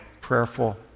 prayerful